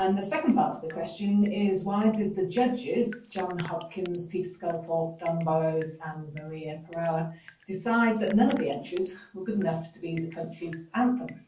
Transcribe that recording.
um the second part of the question is why did the judges, john hopkins, peter sculthorpe, don burrows and maria prerauer decide that none of the entries were good enough to be the country's anthem?